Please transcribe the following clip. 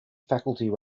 faculty